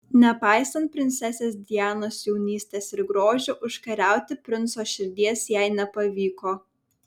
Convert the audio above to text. nepaisant princesės dianos jaunystės ir grožio užkariauti princo širdies jai nepavyko